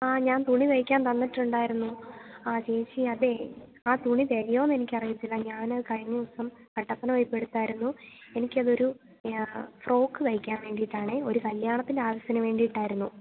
ആ ഞാൻ തുണി തയ്ക്കാൻ തന്നിട്ടുണ്ടായിരുന്നു ആ ചേച്ചി അതെ ആ തുണി തികയുമോയെന്നറിയില്ല ഞാന് കഴിഞ്ഞദിവസം കട്ടപ്പന പോയപ്പോള് എടുത്തതായിരുന്നു എനിക്കതൊരു ഫ്രോക്ക് തയ്ക്കാൻ വേണ്ടിയിട്ടാണ് ഒരു കല്യാണത്തിൻ്റെ ആവശ്യത്തിന് വേണ്ടിയിട്ടായിരുന്നു